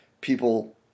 people